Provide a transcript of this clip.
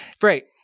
Great